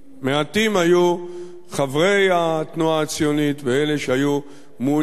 מעטים היו חברי התנועה הציונית ואלה שהיו מעוניינים